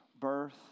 birth